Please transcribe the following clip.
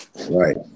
Right